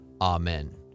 Amen